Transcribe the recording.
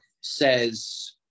says